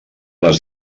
les